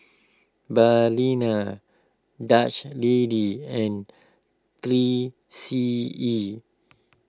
Dutch Lady and three C E